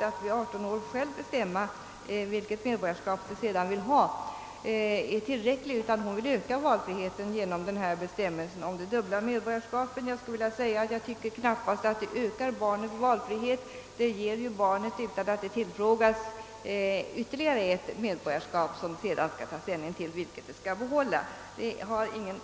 att vid 18 års ålder själv bestämma vilket medborgarskap man sedan vill ha är tillräcklig, utan hon vill öka valfriheten genom bestämmelsen om det dubbla medborgarskapet. Jag skulle vilja säga att jag knappast tycker att detta ökar barnets valfrihet; det ger barnet ytterligare ett medborgarskap utan att det tillfrågas. Barnet får alltså ytterligare ett medborgarskap att ta ställning till när det blir dags att bestämma vilket medborgarskap det skall behålla.